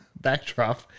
backdrop